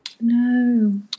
No